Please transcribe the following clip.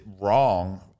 wrong